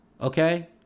Okay